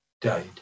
died